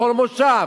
בכל מושב.